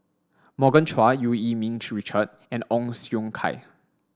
Morgan Chua Eu Yee Ming Richard and Ong Siong Kai